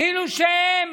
כאילו שהם